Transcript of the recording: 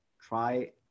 try